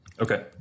Okay